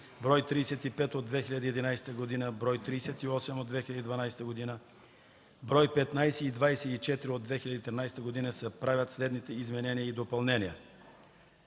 бр. 35 от 2011 г., бр. 38 от 2012 г., бр. 15 и 24 от 2013 г.) се правят следните изменения и допълнения: